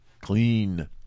Clean